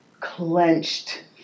clenched